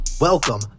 Welcome